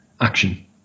action